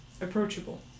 approachable